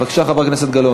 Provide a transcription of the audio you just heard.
בבקשה, חברת הכנסת גלאון.